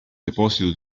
deposito